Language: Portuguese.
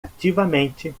ativamente